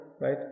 Right